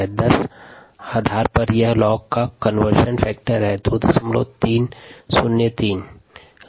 इसमें 10 के आधार पर लाग का कन्वर्शन फैक्टर 2303 है